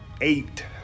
eight